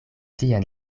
tien